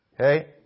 Okay